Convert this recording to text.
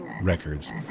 Records